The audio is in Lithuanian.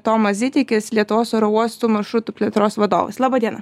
tomas zitikis lietuvos oro uostų maršrutų plėtros vadovas laba diena